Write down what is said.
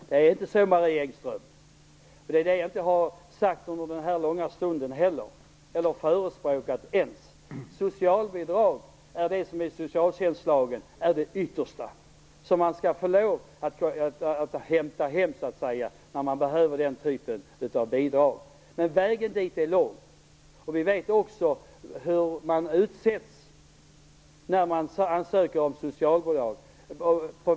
Herr talman! Nej, det är inte så, Marie Engström! Det har jag heller inte någon gång under denna långa debatt sagt. Jag har inte ens förespråkat det. Socialbidrag är enligt socialtjänstlagen det yttersta - det som man får lov att hämta hem så att säga när den typen av bidrag behövs. Men vägen dit är lång. Vi vet också vad man utsätts för när man ansöker om socialbidrag.